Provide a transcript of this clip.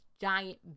giant